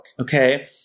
okay